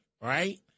right